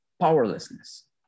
powerlessness